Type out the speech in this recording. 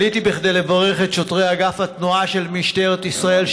עליתי בשביל לברך את שוטרי אגף התנועה של משטרת ישראל,